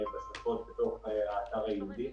בהמשך היום נדבר על הקרן לעסקים גדולים.